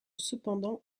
cependant